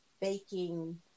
baking